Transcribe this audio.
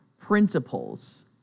principles